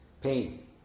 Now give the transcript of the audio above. pain